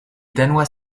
danois